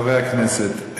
חברי הכנסת,